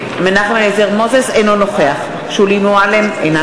אינו נוכח שולי מועלם-רפאלי,